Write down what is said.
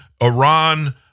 Iran